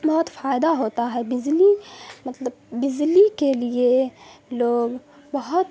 بہت فائدہ ہوتا ہے بجلی مطلب بجلی کے لیے لوگ بہت